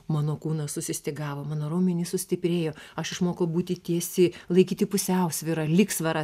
mano kūnas susistygavo mano raumenys sustiprėjo aš išmokau būti tiesi laikyti pusiausvyrą lygsvarą